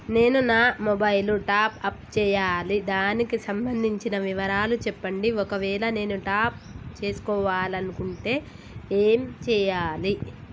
నేను నా mobile top up చేయాలి దానికి సంబంధించిన వివరాలు చెప్పండి ఒకవేళ నేను టాప్ చేసుకోవాలనుకుంటే ఏం చేయాలి?